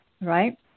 right